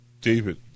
David